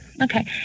Okay